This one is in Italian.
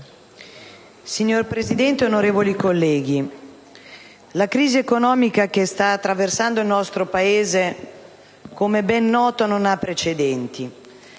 Signor Presidente onorevoli colleghi, la crisi economica che sta attraversando il nostro Paese - come è ben noto - non ha precedenti.